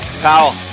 Powell